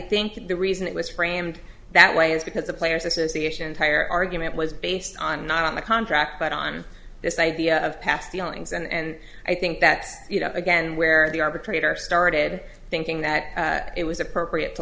think the reason it was framed that way is because the players association entire argument was based on not on the contract but on this idea of past the awnings and i think that's it up again where the arbitrator started thinking that it was appropriate to